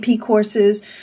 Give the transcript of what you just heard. courses